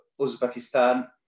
Uzbekistan